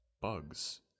bugs